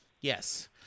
Yes